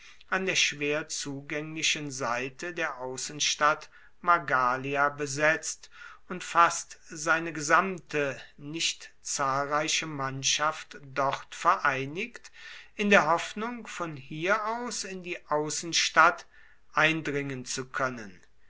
an der schwer zugänglichen seite der außenstadt magalia besetzt und fast seine gesamte nicht zahlreiche mannschaft dort vereinigt in der hoffnung von hier aus in die außenstadt eindringen zu können